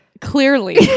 clearly